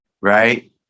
right